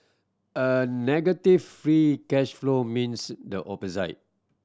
a negative free cash flow means the opposite